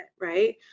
right